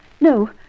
no